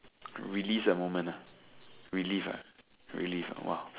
release a moment ah relief ah relief !wow!